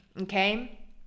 Okay